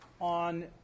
on